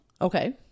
okay